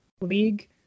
league